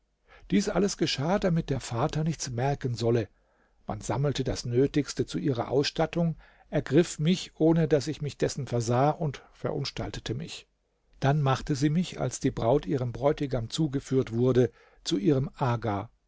dies alles geschah damit der vater nichts merken solle man sammelte das nötige zu ihrer ausstattung ergriff mich ohne daß ich mich dessen versah und verunstaltete mich dann machte sie mich als die braut ihrem bräutigam zugeführt wurde zu ihrem aga